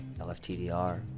LFTDR